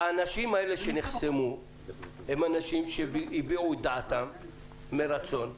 האנשים האלה שנחסמו הביעו את דעתם מרצון לחסום.